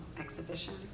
exhibition